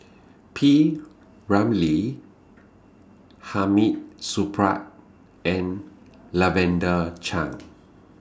P Ramlee Hamid Supaat and Lavender Chang